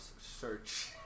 search